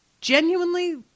genuinely –